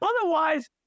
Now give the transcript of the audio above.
Otherwise